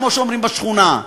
כמו שאומרים בשכונה.